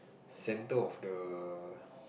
center of the